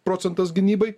procentas gynybai